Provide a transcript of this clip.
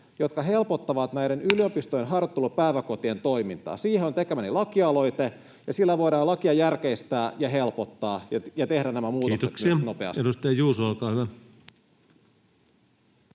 koputtaa] yliopistojen harjoittelupäiväkotien toimintaa. Siihen on tekemäni lakialoite, ja sillä voidaan lakia järkeistää ja helpottaa ja tehdä nämä muutokset [Puhemies: Kiitoksia!] myös nopeasti.